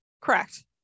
Correct